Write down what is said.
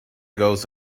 goes